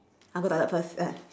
I go toilet first ah